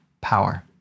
power